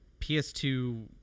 PS2